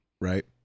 right